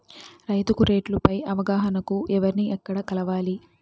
రైతుకు రేట్లు పై అవగాహనకు ఎవర్ని ఎక్కడ కలవాలి?